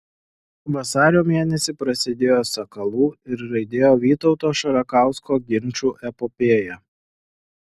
vasario mėnesį prasidėjo sakalų ir žaidėjo vytauto šarakausko ginčų epopėja